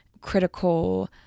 critical